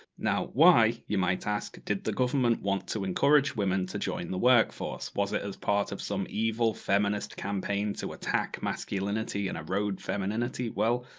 now, why you might ask, did the government want to encourage women to join the workforce? was it as part of some evil feminist campaign, to attack masculinity and erode femininity? well,